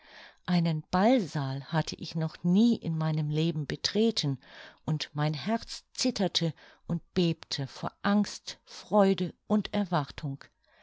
einen ballsaal hatte ich noch nie in meinem leben betreten und mein herz zitterte und bebte vor angst freude und erwartung